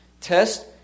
test